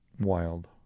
Wild